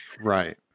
Right